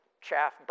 chaff